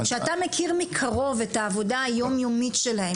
כשאתה מכיר מקרוב את העבודה היומיומית שלהם,